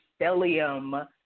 stellium